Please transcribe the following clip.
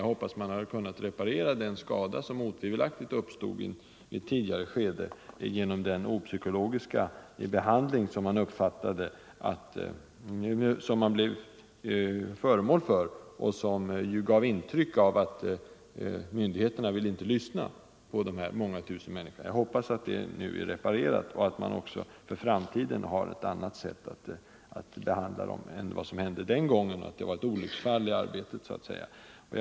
Jag hoppas att man har kunnat reparera den skada som otvivelaktigt uppstod i ett tidigare skede genom den opsykologiska behandling som patientföreningen blev föremål för och som gav intryck av att myndigheterna inte vill lyssna till dessa många tusen människor. Jag hoppas att det var ett olycksfall i arbetet, och att man i framtiden behandlar dessa människor på ett annat sätt än man gjorde den gången.